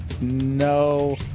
No